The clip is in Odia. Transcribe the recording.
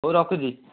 ହେଉ ରଖୁଛି